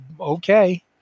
okay